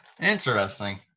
Interesting